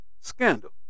scandal